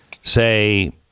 say